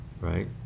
right